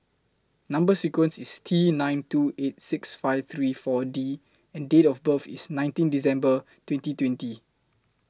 Number sequence IS T nine two eight six five three four D and Date of birth IS nineteen December twenty twenty